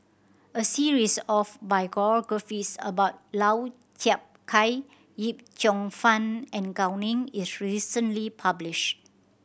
a series of biographies about Lau Chiap Khai Yip Cheong Fun and Gao Ning is recently publish